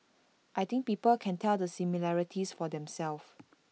I think people can tell the similarities for themselves